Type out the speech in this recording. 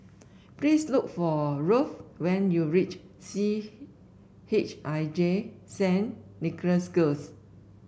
please look for Ruthe when you reach C H I J Saint Nicholas Girls